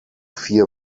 vier